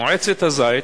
מועצת הזית,